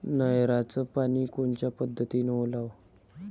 नयराचं पानी कोनच्या पद्धतीनं ओलाव?